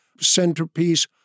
centerpiece